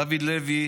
דוד לוי